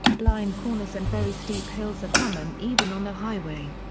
blind corners and very steep hills are common even on a highway.